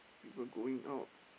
people going out